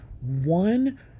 one